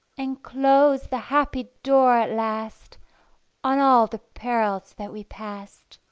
and close the happy door at last on all the perils that we past.